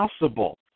possible